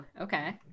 okay